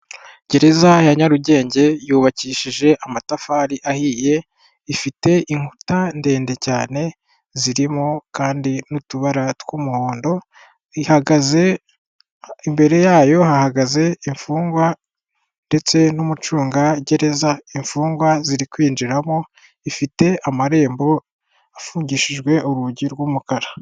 Gereza ya Nyarugenge yubakishije amatafari ahiye, ifite inkuta ndende cyane, zirimo kandi n'utubara tw'umuhondo, ihagaze, imbere yayo hahagaze imfungwa ndetse n'umucungagereza, imfungwa ziri kwinjiramo, ifite amarembo afungishijwe urugi rw'umukara.